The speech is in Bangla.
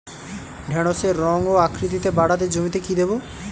ঢেঁড়সের রং ও আকৃতিতে বাড়াতে জমিতে কি দেবো?